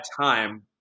time